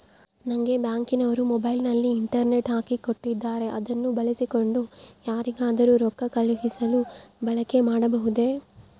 ನಂಗೆ ಬ್ಯಾಂಕಿನವರು ಮೊಬೈಲಿನಲ್ಲಿ ಇಂಟರ್ನೆಟ್ ಹಾಕಿ ಕೊಟ್ಟಿದ್ದಾರೆ ಅದನ್ನು ಬಳಸಿಕೊಂಡು ಯಾರಿಗಾದರೂ ರೊಕ್ಕ ಕಳುಹಿಸಲು ಬಳಕೆ ಮಾಡಬಹುದೇ?